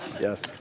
Yes